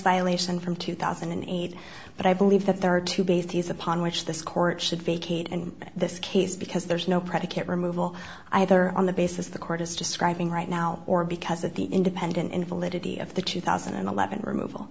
violation from two thousand and eight but i believe that there are two bases upon which this court should vacate and this case because there is no predicate removal either on the basis the court is describing right now or because of the independent invalidity of the two thousand and eleven removal